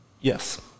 Yes